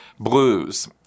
blues